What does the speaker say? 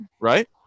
right